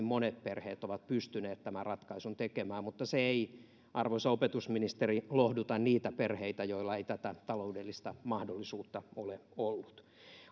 monet perheet ovat pystyneet tämän ratkaisun tekemään mutta se ei arvoisa opetusministeri lohduta niitä perheitä joilla ei tätä taloudellista mahdollisuutta ole ollut